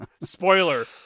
Spoiler